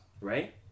right